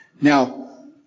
Now